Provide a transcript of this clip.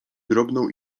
drobną